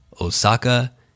Osaka